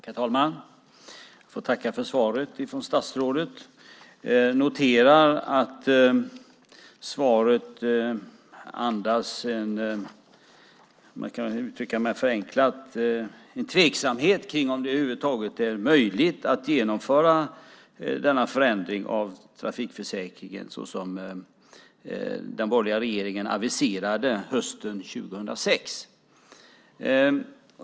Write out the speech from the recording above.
Herr talman! Jag får tacka för svaret från statsrådet. Jag noterar att svaret andas en tveksamhet - om jag uttrycker mig förenklat - till att det över huvud taget är möjligt att genomföra denna förändring av trafikförsäkringen såsom den borgerliga regeringen aviserade hösten 2006.